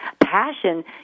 Passion